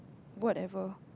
whatever